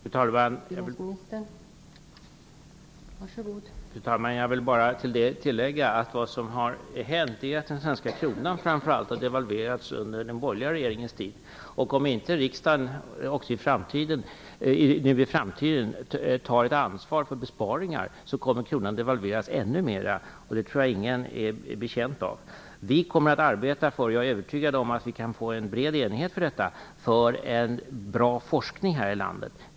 Fru talman! Jag vill bara tillägga att vad som har hänt är framför allt att den svenska kronan har devalverats under den borgerliga regeringens tid. Om inte riksdagen i framtiden tar ett ansvar för besparingar så kommer kronan att devalveras ännu mera. Det tror jag inte att någon är betjänt av. Vi kommer att arbeta för en bra forskning här i landet, och jag är övertygad om att vi kan få en bred enighet för detta.